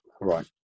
right